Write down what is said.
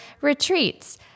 retreats